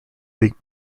league